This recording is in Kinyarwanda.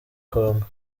congo